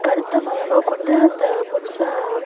கருத்தை மையமாக கொண்டு அந்த புக்ஸை